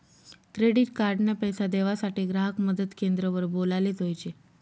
credit card ना पैसा देवासाठे ग्राहक मदत क्रेंद्र वर बोलाले जोयजे